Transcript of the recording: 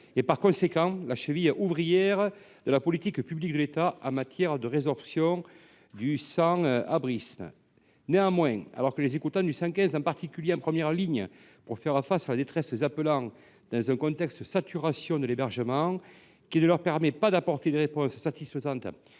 et, par conséquent, la cheville ouvrière de la politique publique de l’État en matière de résorption du sans abrisme. Néanmoins, alors que les écoutants du 115 sont en première ligne pour faire face à la détresse des appelants, dans un contexte de saturation de l’hébergement qui ne leur permet pas d’apporter des réponses satisfaisantes